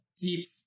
deep-